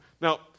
Now